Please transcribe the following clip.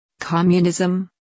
Communism